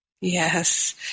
Yes